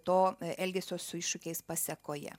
to elgesio su iššūkiais pasekoje